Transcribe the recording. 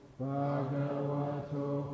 Bhagavato